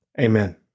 Amen